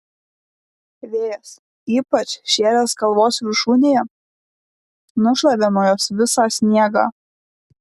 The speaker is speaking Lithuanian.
vėjas ypač šėlęs kalvos viršūnėje nušlavė nuo jos visą sniegą